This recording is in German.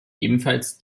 ebenfalls